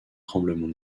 tremblements